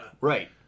Right